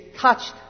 touched